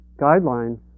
guideline